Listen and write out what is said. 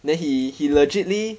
then he he legitly